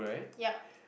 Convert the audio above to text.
ya